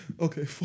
Okay